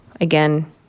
again